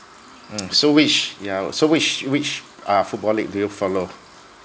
mm so which yeah so which which uh football league do you follow